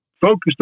focused